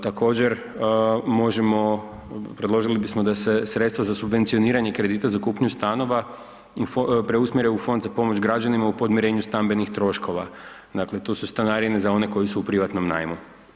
Također možemo, predložili bismo da se sredstva za subvencioniranje za kupnju stanova preusmjere u fond za pomoć građanima u podmirenju stambenih troškova, dakle tu su stanarine za one koji su u privatnom najmu.